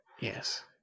Yes